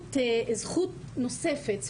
זכות נוספת,